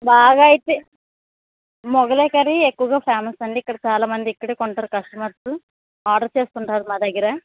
బాగాయితే Mughlai curry ఎక్కువగా famous అండి ఇక్కడ చాలామంది ఇక్కడే కొంటారు కస్టమర్స్ ఆర్డర్ చేసుకుంటారు మా దగ్గర